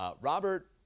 Robert